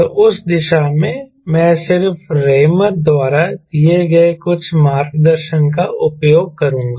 तो उस दिशा में मैं सिर्फ रेमर द्वारा दिए गए कुछ मार्गदर्शन का उपयोग करूंगा